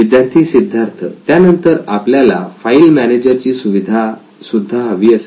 विद्यार्थी सिद्धार्थ त्यानंतर आपल्याला फाईल मॅनेजर ची सुविधा सुद्धा हवी असेल